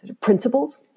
principles